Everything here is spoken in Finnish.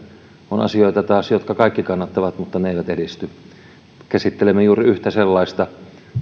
on asioita taas joita kaikki kannattavat mutta ne eivät edisty käsittelemme juuri yhtä sellaista